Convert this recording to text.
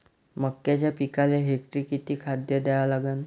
मक्याच्या पिकाले हेक्टरी किती खात द्या लागन?